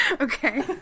Okay